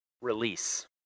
release